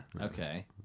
okay